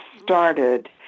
started